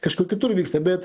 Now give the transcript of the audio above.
kažkur kitur vyksta bet